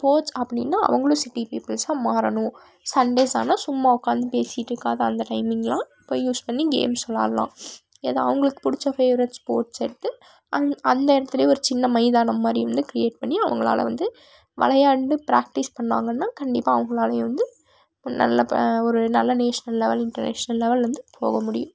sports அப்படின்னால் அவர்களும் city பீப்பிள்ஸாக மாறணும் சண்டேஸ் ஆனால் சும்மா உட்காந்து பேசிகிட்டு இருக்காது அந்த டைம்மிங்கெலாம் போய் யூஸ் பண்ணி கேம்ஸ் விளயாடலாம் எதாவது அவர்களுக்கு பிடிச்ச ஃபேவரேட்ஸ் ஸ்போர்ட்ஸ் எடுத்து அந்த அந்த இடத்துலையும் ஒரு சின்ன மைதானம் மாதிரி வந்து கிரியேட் பண்ணி அவங்களால் வந்து விளையாண்டு பிராக்டிஸ் பண்ணிணாங்கன்னா கண்டிப்பாக அவங்களாலேயும் வந்து ஒரு நல்ல ஒரு நல்ல நேஷ்னல் லெவல் இன்டர்நேஷ்னல் லெவல் வந்து போகமுடியும்